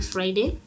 Friday